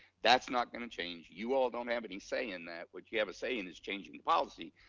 that's not gonna change, you all don't have any say in that, what you have a say in is changing the policy,